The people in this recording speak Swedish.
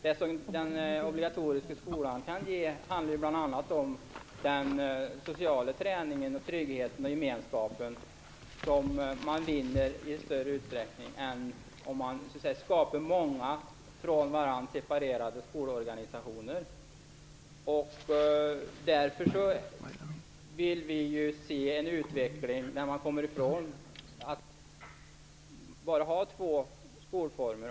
Det som den obligatoriska skolan kan ge handlar bl.a. om den sociala träningen, tryggheten och gemenskapen, som man vinner i större utsträckning än om man skapar många från varandra separerade skolorganisationer. Därför vill vi se en utveckling där man kommer ifrån att bara ha två skolformer.